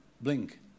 Blink